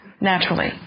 Naturally